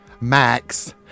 Max